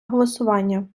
голосування